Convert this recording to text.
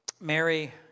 Mary